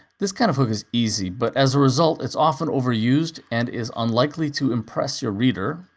this kind of hook is easy, but as a result it's often overused and is unlikely to impress your reader,